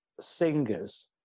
singers